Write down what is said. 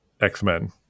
X-Men